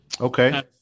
Okay